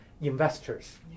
investors